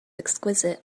exquisite